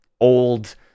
old